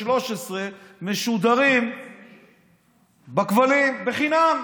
13 משודרים בכבלים חינם.